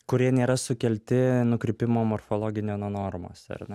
kurie nėra sukelti nukrypimo morfologinio nuo normos ar ne